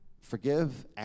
forgive